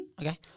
Okay